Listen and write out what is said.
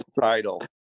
title